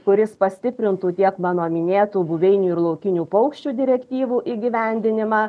kuris pastiprintų tiek mano minėtų buveinių ir laukinių paukščių direktyvų įgyvendinimą